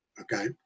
okay